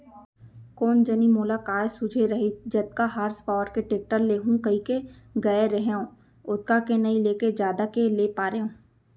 कोन जनी मोला काय सूझे रहिस जतका हार्स पॉवर के टेक्टर लेहूँ कइके गए रहेंव ओतका के नइ लेके जादा के ले पारेंव